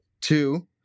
two